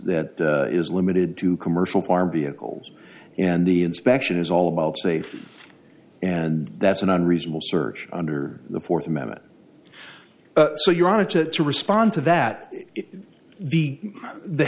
that is limited to commercial farm vehicles and the inspection is all about safety and that's an unreasonable search under the fourth amendment so your honor to respond to that is the the